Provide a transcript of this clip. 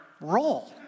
role